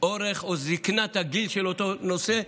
אורך או זקנת הגיל של אותו נושא,